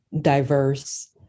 diverse